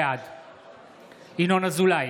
בעד ינון אזולאי,